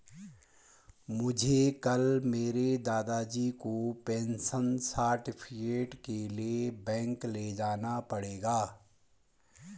मुझे कल मेरे दादाजी को पेंशन सर्टिफिकेट के लिए बैंक ले जाना पड़ेगा